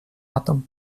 атом